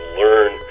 learn